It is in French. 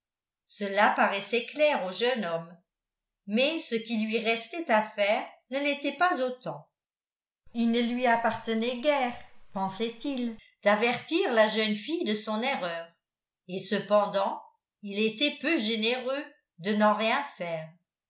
cela paraissait clair au jeune homme mais ce qui lui restait à faire ne l'était pas autant il ne lui appartenait guère pensait-il d'avertir la jeune fille de son erreur et cependant il était peu généreux de n'en rien faire